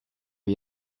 are